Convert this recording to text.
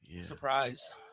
Surprise